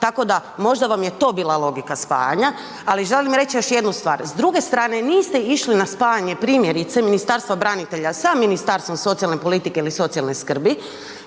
tako da možda vam je to bila logika spajanja ali želim reći još jednu stvar. S druge strane niste išli na spajanje primjerice Ministarstva branitelja sa ministarstvom socijalne politike ili socijalne skrbi